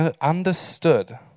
understood